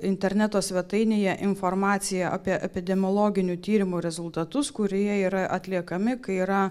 interneto svetainėje informaciją apie epidemiologinių tyrimų rezultatus kurie yra atliekami kai yra